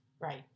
Right